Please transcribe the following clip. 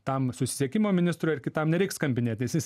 tam susisiekimo ministrui ar kitam nereiks skambinėt nes jis